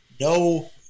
no